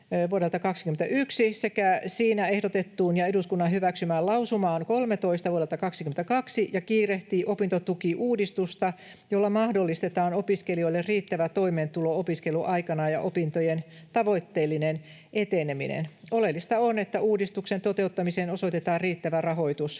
vuodelta 21 sekä siinä ehdotettuun ja eduskunnan hyväksymään lausumaan 13 vuodelta 22 ja kiirehtii opintotukiuudistusta, jolla mahdollistetaan opiskelijoille riittävä toimeentulo opiskeluaikana ja opintojen tavoitteellinen eteneminen. Oleellista on, että uudistuksen toteuttamiseen osoitetaan riittävä rahoitus.